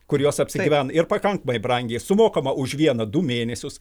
kuriuos apsigyveno ir pakankamai brangiai sumokama už vieną du mėnesius